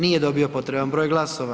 Nije dobio potreban broj glasova.